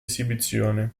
esibizione